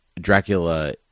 Dracula